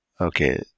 okay